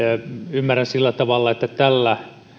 ymmärrän sillä tavalla että tällä